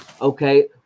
okay